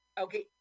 Okay